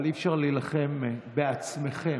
אבל אי-אפשר להילחם בעצמכם,